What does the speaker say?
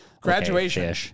graduation